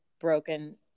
broken